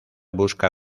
busca